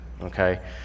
okay